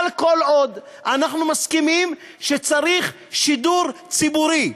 אבל כל עוד אנחנו מסכימים שצריך שידור ציבורי,